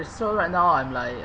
so right now I'm like